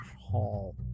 hall